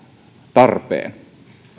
tarpeen